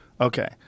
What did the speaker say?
Okay